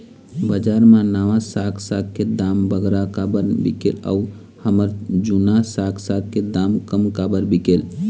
बजार मा नावा साग साग के दाम बगरा काबर बिकेल अऊ हमर जूना साग साग के दाम कम काबर बिकेल?